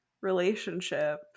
relationship